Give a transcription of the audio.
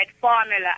formula